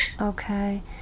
Okay